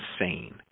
insane